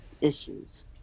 issues